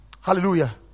Hallelujah